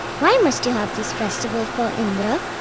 why must you have this festival for indra?